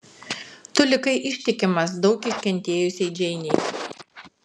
tu likai ištikimas daug iškentėjusiai džeinei